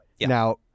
now